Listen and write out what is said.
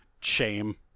shame